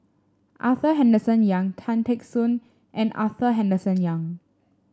Arthur Henderson Young Tan Teck Soon and Arthur Henderson Young